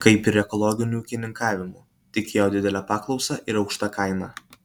kaip ir ekologiniu ūkininkavimu tikėjo didele paklausa ir aukšta kaina